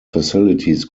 facilities